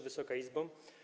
Wysoka Izbo!